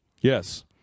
Yes